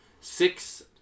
Six